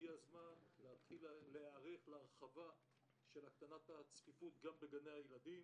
הגיע הזמן להתחיל להיערך להרחבה של הקטנת הצפיפות גם בגני הילדים,